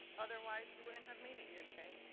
otherwise you wouldn't have made it here today.